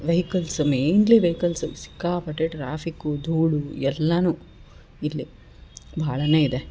vehicles mainly vehicles ಸಿಕ್ಕಾಪಟ್ಟೆ traffic ಧೂಳು ಎಲ್ಲನು ಇಲ್ಲಿ ಭಾಳನೇ ಇದೆ